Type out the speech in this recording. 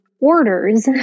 orders